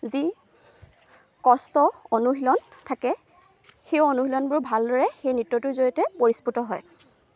যি কষ্ট অনুশীলন থাকে সেই অনুশীলনবোৰ ভালদৰে সেই নৃত্যটোৰ জৰিয়তে পৰিস্ফুট হয়